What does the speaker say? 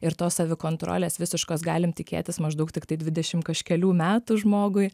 ir tos savikontrolės visiškos galim tikėtis maždaug tiktai dvidešimt kažkelių metų žmogui